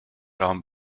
raum